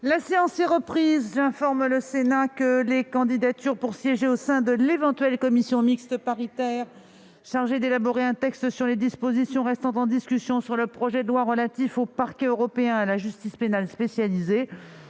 La séance est reprise. J'informe le Sénat que des candidatures pour siéger au sein de l'éventuelle commission mixte paritaire chargée d'élaborer un texte sur les dispositions restant en discussion du projet de loi relatif au Parquet européen et à la justice pénale spécialisée